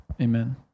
Amen